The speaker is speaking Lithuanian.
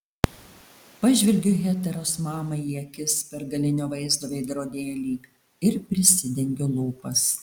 pažvelgiu heteros mamai į akis per galinio vaizdo veidrodėlį ir prisidengiu lūpas